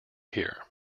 here